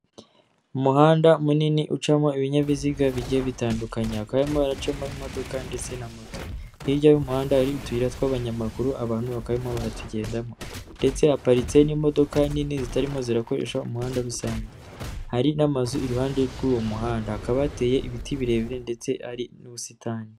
Umuhanda munini ucamo ibinyabiziga bigiye bitandukanye, hakaba harimo haracamo imodoka ndetse na moto, hirya y'umuhanda hari utuyira tw'abanyamaguru abantu bakaba barimo baratugendamo, ndetse haparitse n'imodoka nini zitarimo zirakoresha umuhanda rusange, hari n'amazu iruhande rw'uwo muhanda, hakaba hateye ibiti birebire ndetse hari n'ubusitani.